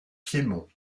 piémont